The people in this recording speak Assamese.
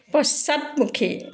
পশ্চাদমুখী